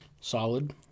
Solid